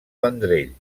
vendrell